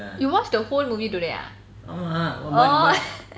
you watch the whole movie today ah oh